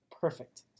Perfect